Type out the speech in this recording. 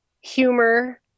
humor